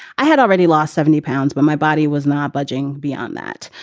i had already lost seventy pounds when my body was not budging. beyond that.